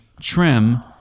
Trim